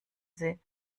sie